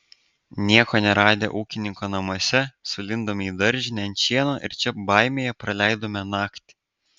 nieko neradę ūkininko namuose sulindome į daržinę ant šieno ir čia baimėje praleidome naktį